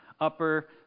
upper